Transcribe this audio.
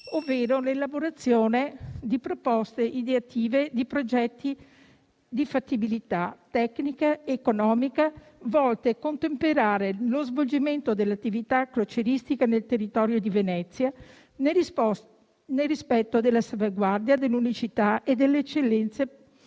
ovvero l'elaborazione di proposte ideative di progetti di fattibilità tecnica ed economica, volte a contemperare lo svolgimento dell'attività crocieristica nel territorio di Venezia, nel rispetto della salvaguardia dell'unicità e delle eccellenze del